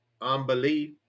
unbelief